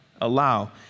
allow